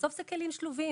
בסוף אלה כלים שלובים,